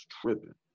tripping